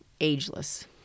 ageless